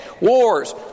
Wars